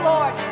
Lord